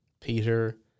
Peter